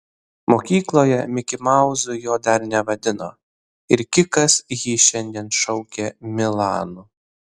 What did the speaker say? mokykloje mikimauzu jo dar nevadino ir kikas jį šiandien šaukė milanu